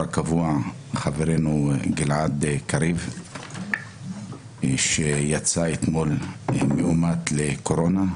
הקבוע חברנו גלעד קריב שיצא אתמול מאומת לקורונה.